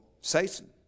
Satan